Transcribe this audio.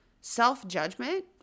Self-judgment